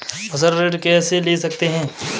फसल ऋण कैसे ले सकते हैं?